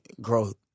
growth